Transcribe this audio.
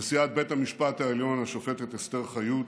נשיאת בית המשפט העליון השופטת אסתר חיות,